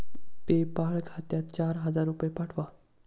PayPal खात्यात चार हजार रुपये पाठवा